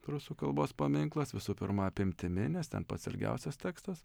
prūsų kalbos paminklas visų pirma apimtimi nes ten pats ilgiausias tekstas